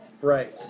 Right